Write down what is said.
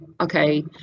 okay